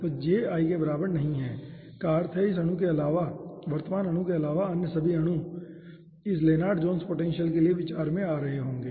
तो j i के बराबर नहीं है का अर्थ है कि इस अणु के अलावा वर्तमान अणु के अलावा अन्य सभी अणु इस लेनार्ड जोन्स पोटेंशियल के लिए विचार में आ रहे होंगे